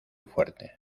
fuerte